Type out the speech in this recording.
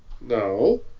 No